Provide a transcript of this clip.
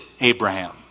Abraham